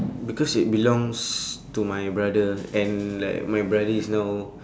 because it belongs to my brother and like my brother is now